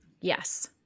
Yes